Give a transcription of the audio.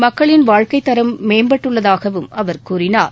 மக்களின் வாழ்க்கைத்தரம் மேம்பட்டுள்ளதாகவும் அவர் கூறினார்